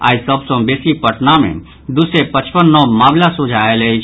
आई सभ सँ बेसी पटना मे दू सय पचपन नव मामिला सोझा आयल अछि